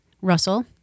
Russell